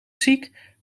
ziek